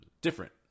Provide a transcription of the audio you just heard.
different